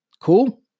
Cool